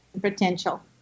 potential